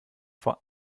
vor